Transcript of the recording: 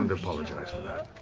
and apologize for that.